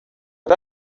but